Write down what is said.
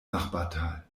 nachbartal